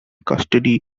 custody